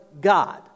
God